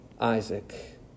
Isaac